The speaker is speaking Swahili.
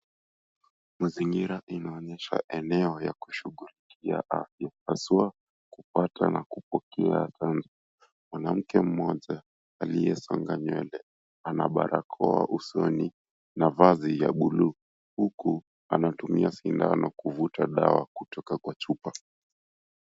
Mazingira inaonyesha eneo ya kushughulikiwa afya haswa kupata na kupokea chanjo. Mwanamke mmoja aliyesonga nywele ana barakoa usoni na vazi ya buluu huku anatumia sindano kuvuta dawa kutoka kwa chupa.